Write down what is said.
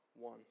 one